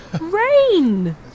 Rain